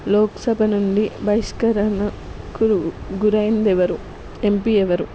లోక్సభ నుండి బహిష్కరణకు గురు గురయింది ఎవరు ఎంపీ ఎవరు